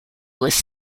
was